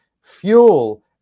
fuel